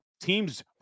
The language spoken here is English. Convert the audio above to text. Teams